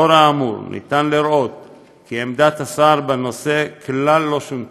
לאור האמור אפשר לראות כי עמדת השר בנושא כלל לא שונתה,